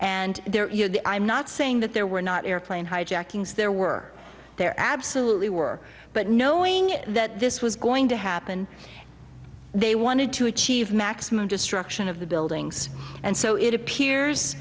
and there are the i'm not saying that there were not airplane hijackings there were there absolutely were but knowing that this was going to happen they wanted to achieve maximum destruction of the buildings and so it appears